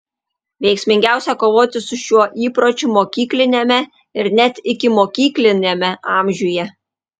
veiksmingiausia kovoti su šiuo įpročiu mokykliniame ir net ikimokykliniame amžiuje